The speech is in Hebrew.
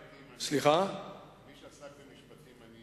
כמי שעסק במשפטים, אני